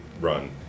run